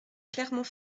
clermont